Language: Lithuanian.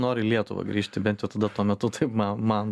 noriu į lietuvą grįžti bent tada tuo metu taip man man